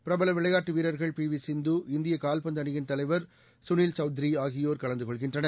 பிரபல விளையாட்டு வீரர்கள் பி வி சிந்து இந்திய கால்பந்து அணியின் தலைவர் கனில் சௌத்திரி ஆகியோர் கலந்து கொள்கின்றனர்